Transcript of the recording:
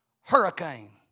Hurricane